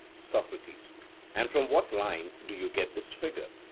socrates and from what line do you get this figure?